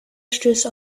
stößt